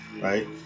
right